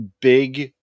big